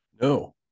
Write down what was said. No